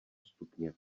stupně